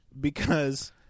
Because-